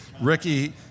Ricky